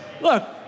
Look